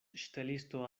ŝtelisto